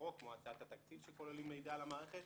חוק כמו הצעת התקציב - שכוללים מידע על המערכת,